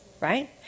right